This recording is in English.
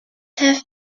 have